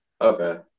Okay